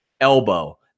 elbow